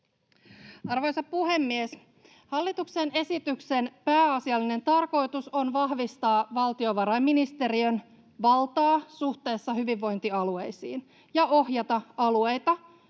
Arvoisa puhemies! Hallituksen esityksen pääasiallinen tarkoitus on vahvistaa valtiovarainministeriön valtaa suhteessa hyvinvointialueisiin ja ohjata alueita